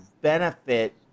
benefit